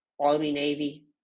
Army-Navy